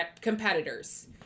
competitors